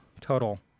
total